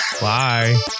Bye